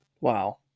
Wow